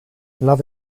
love